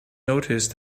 noticed